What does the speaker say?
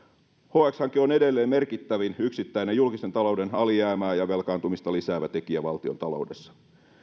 hx hanke on edelleen merkittävin yksittäinen julkisen talouden alijäämää ja velkaantumista lisäävä tekijä valtiontaloudessa